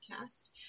cast